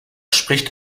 spricht